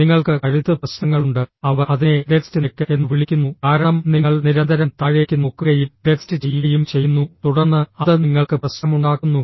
നിങ്ങൾക്ക് കഴുത്ത് പ്രശ്നങ്ങളുണ്ട് അവർ അതിനെ ടെക്സ്റ്റ് നെക്ക് എന്ന് വിളിക്കുന്നു കാരണം നിങ്ങൾ നിരന്തരം താഴേക്ക് നോക്കുകയും ടെക്സ്റ്റ് ചെയ്യുകയും ചെയ്യുന്നു തുടർന്ന് അത് നിങ്ങൾക്ക് പ്രശ്നമുണ്ടാക്കുന്നു